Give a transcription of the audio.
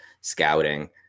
scouting